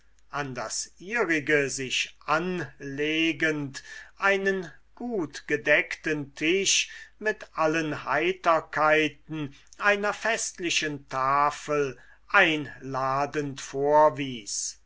an das ihrige sich anlegend einen gut gedeckten tisch mit allen heiterkeiten einer festlichen tafel einladend vorwies